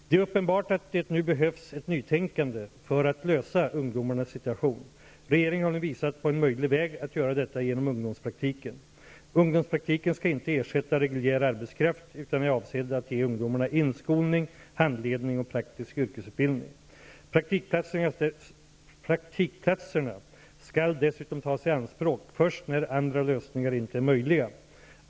Det är uppenbart att det nu behövs ett nytänkande för att åtgärda ungdomarnas situation. Regeringen har nu visat på en möjlig väg att göra detta genom ungdomspraktiken. Ungdomspraktiken skall inte ersätta reguljär arbetskraft utan är avsedd att ge ungdomarna inskolning, handledning och praktisk yrkesutbildning. Praktikplatserna skall dessutom tas i anspråk först när andra lösningar inte är möjliga.